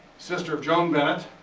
sister joan bennett